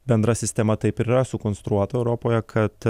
bendra sistema taip ir yra sukonstruota europoje kad